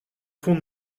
fond